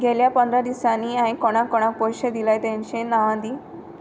गेल्या पंदरा दिसांनी हांयें कोणा कोणाक पोयशे दिल्या तेंची नांवां दी